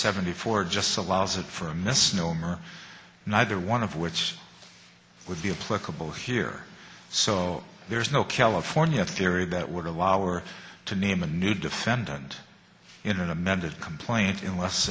seventy four just allows for a misnomer neither one of which would be a plausible here so there is no california theory that would allow or to name a new defendant in an amended complaint unless